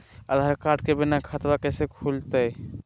आधार card के बिना खाताबा कैसे खुल तय?